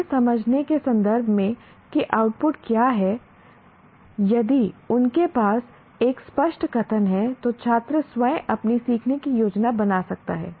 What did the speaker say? यह समझने के संदर्भ में कि आउटपुट क्या है यदि उनके पास एक स्पष्ट कथन है तो छात्र स्वयं अपनी सीखने की योजना बना सकता है